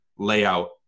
layout